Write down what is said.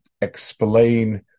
explain